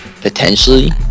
potentially